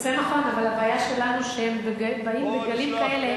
זה נכון, אבל הבעיה שלנו שהם באים בגלים כאלה,